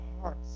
hearts